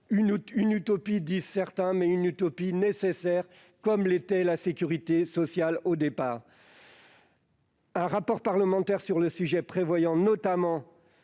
d'une utopie diront certains, mais une utopie nécessaire, comme l'était la sécurité sociale à l'origine. Un rapport parlementaire sur le sujet, prévoyant notamment